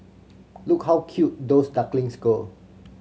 look how cute those ducklings go